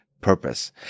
purpose